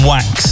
Wax